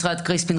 משרד קריספין,